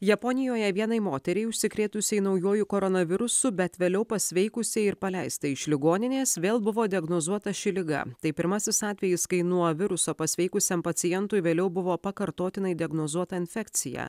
japonijoje vienai moteriai užsikrėtusiai naujuoju koronavirusu bet vėliau pasveikusiai ir paleista iš ligoninės vėl buvo diagnozuota ši liga tai pirmasis atvejis kai nuo viruso pasveikusiam pacientui vėliau buvo pakartotinai diagnozuota infekcija